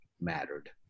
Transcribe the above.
mattered